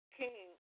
king